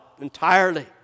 entirely